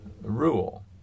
rule